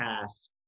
task